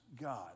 God